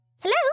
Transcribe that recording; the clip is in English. Hello